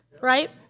Right